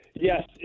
Yes